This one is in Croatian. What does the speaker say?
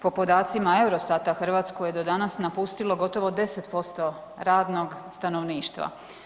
Po podacima Eurostata Hrvatsku je do danas napustilo gotovo 10% radnog stanovništva.